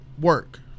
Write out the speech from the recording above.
work